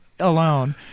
alone